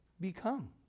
become